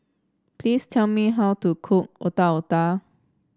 please tell me how to cook Otak Otak